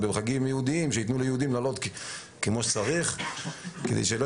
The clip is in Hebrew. בחגים יהודיים שיתנו ליהודים לעלות כמו שצריך כדי שלא